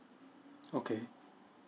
okay